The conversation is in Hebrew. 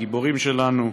גיבורים שלנו,